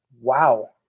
Wow